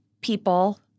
people